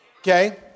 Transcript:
okay